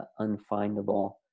unfindable